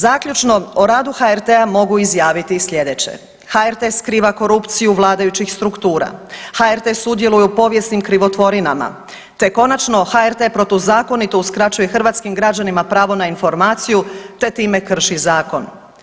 Zaključno o radu HRT-a mogu izjaviti i sljedeće: HRT skriva korupciju vladajućih struktura, HRT sudjeluje u povijesnim krivotvorinama, te konačno HRT protuzakonito uskraćuje hrvatskim građanima pravo na informaciju, te time krši zakon.